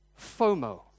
FOMO